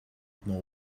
know